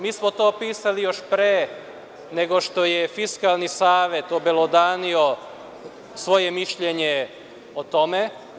Mi smo to pisali još pre nego što je Fiskalni savet obelodanio svoje mišljenje o tome.